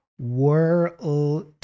world